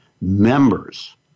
members